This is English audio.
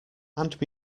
hand